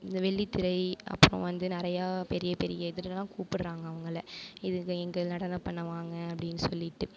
இந்த வெள்ளித்திரை அப்புறம் வந்து நிறையா பெரிய பெரிய இதுலலாம் கூப்பிடுறாங்க அவங்களை இதில் இங்கே நடனம் பண்ண வாங்க அப்படினு சொல்லிவிட்டு